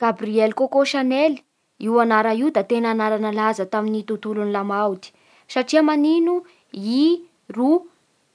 Gabriel Coco Chanel, io anarana io da tena nalaza tamin'ny tontolon'ny lamaody, satria manino? I ro